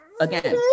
again